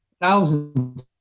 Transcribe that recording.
thousands